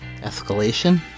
escalation